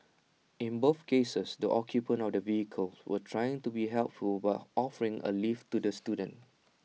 in both cases the occupants of the vehicles were trying to be helpful by offering A lift to the students